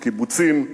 בקיבוצים,